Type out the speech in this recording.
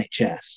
NHS